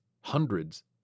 hundreds